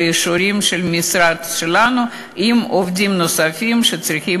באישורים של המשרד שלנו עם עובדים נוספים שצריכים